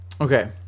Okay